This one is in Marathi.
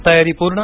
तयारी पूर्ण